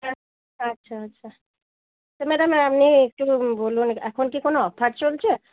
আচ্ছা আচ্ছা আচ্ছা তা ম্যাডাম আপনি একটু বলুন এখন কি কোনো অফার চলছে